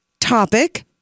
topic